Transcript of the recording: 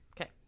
Okay